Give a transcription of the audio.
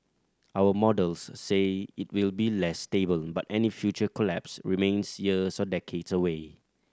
our models say it will be less stable but any future collapse remains years or decades away